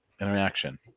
interaction